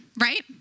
right